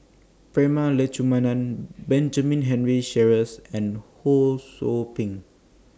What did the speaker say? Prema Letchumanan Benjamin Henry Sheares and Ho SOU Ping